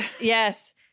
Yes